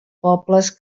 pobles